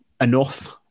enough